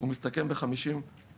הוא מסתכם ב-51%.